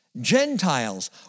Gentiles